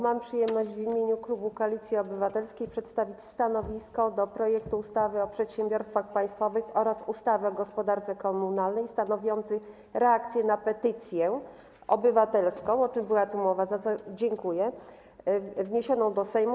Mam przyjemność w imieniu klubu Koalicji Obywatelskiej przedstawić stanowisko odnośnie do projektu ustawy o przedsiębiorstwach państwowych oraz ustawy o gospodarce komunalnej stanowiących reakcję na petycję obywatelską - o czym była tu mowa, za co dziękuję - wniesioną do Sejmu.